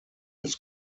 ist